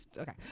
okay